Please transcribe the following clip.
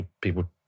people